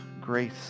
grace